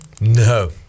No